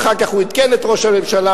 ואחר כך הוא עדכן את ראש הממשלה,